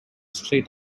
street